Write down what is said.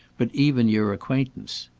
but even your acquaintance.